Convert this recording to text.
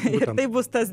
ir bus tas